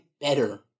better